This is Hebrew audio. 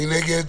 מי נגד?